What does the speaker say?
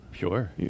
Sure